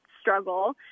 struggle